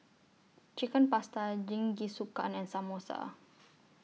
Chicken Pasta Jingisukan and Samosa